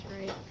right